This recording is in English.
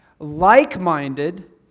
like-minded